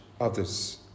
others